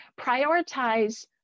prioritize